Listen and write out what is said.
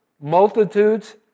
multitudes